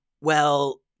well